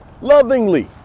lovingly